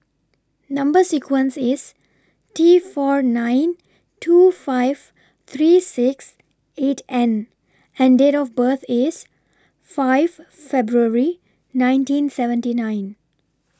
Number sequence IS T four nine two five three six eight N and Date of birth IS five February nineteen seventy nine